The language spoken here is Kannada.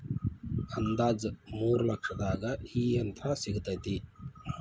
ಅಂದಾಜ ಮೂರ ಲಕ್ಷದಾಗ ಈ ಯಂತ್ರ ಸಿಗತತಿ